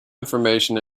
information